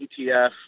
ETF